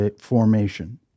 formation